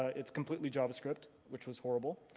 it's completely javascript, which was horrible.